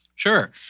Sure